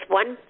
one